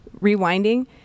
rewinding